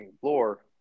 floor